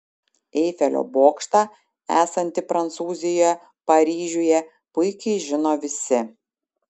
eifelio bokštą esantį prancūzijoje paryžiuje puikiai žino visi